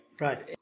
Right